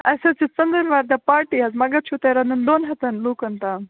اَسہِ حظ چھِ ژٔنٛدٕوارِ دۄہ پارٹۍ حظ مگر چھُو تۅہہِ رنُن دۄن ہتن لوٗکن تام